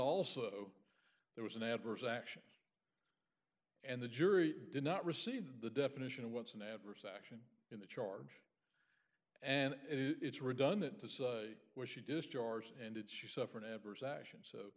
also there was an adverse action and the jury did not receive the definition of what's an adverse action in the charge and it's redundant to say where she discharged and it she suffered